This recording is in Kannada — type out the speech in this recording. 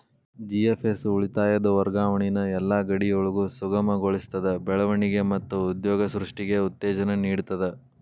ಜಿ.ಎಫ್.ಎಸ್ ಉಳಿತಾಯದ್ ವರ್ಗಾವಣಿನ ಯೆಲ್ಲಾ ಗಡಿಯೊಳಗು ಸುಗಮಗೊಳಿಸ್ತದ, ಬೆಳವಣಿಗೆ ಮತ್ತ ಉದ್ಯೋಗ ಸೃಷ್ಟಿಗೆ ಉತ್ತೇಜನ ನೇಡ್ತದ